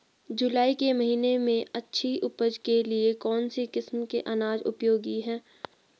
जुलाई के महीने में अच्छी उपज के लिए कौन सी किस्म के अनाज उपयोगी हैं?